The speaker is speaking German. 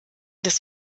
des